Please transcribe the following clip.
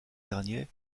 derniers